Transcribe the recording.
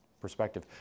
perspective